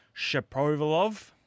Shapovalov